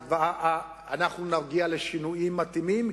אנחנו נגיע לשינויים מתאימים,